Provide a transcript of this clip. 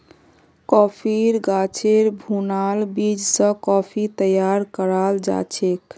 कॉफ़ीर गाछेर भुनाल बीज स कॉफ़ी तैयार कराल जाछेक